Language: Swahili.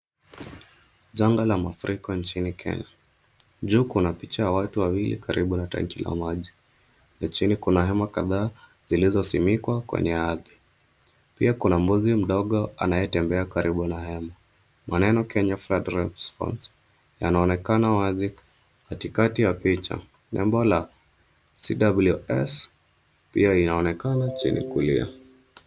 Janga la mafuriko njini Kenya. Juu kuna picha ya watu wawili karibu ya tanki ya maji. Na chini kuna hema kadhaa zilizo zimikwa kwenye ardhi. Pia kuna mbuzi mdogo anayetembea karibu na hema. Maneno Kenya Flood Response yanaonekana wazi katikati ya picha. Nembo ya CWS pia inaonekana chini kulia.